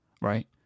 right